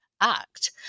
act